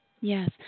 Yes